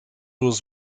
was